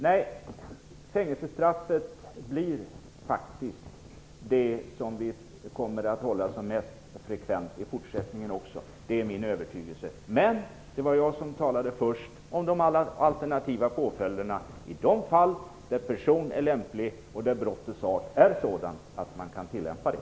Nej, fängelsestraffet blir nog det som vi kommer att använda mest frekvent i fortsättningen också - det är min övertygelse. Men det var jag som först talade om de alternativa påföljderna i de fall då personen är lämplig och då brottet är av sådan art att man kan tillämpa det.